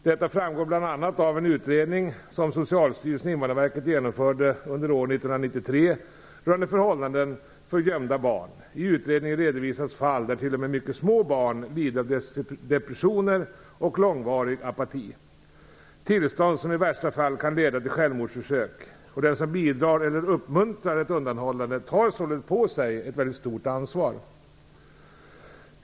Detta framgår bl.a. av en utredning som Socialstyrelsen och Invandrarverket genomförde under år 1993 rörande förhållandena för gömda barn. I utredningen redovisas fall där t.o.m. mycket små barn lider av depressioner och långvarig apati, tillstånd som i värsta fall kan leda till självmordsförsök. Den som bidrar till eller uppmuntrar ett undanhållande tar således på sig ett stort ansvar.